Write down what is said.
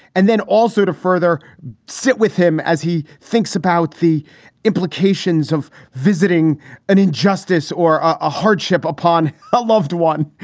and then also to further sit with him as he thinks about the implications of visiting an injustice or a hardship upon a loved one.